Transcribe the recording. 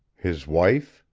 his wife,